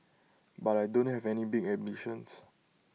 but I don't have any big ambitions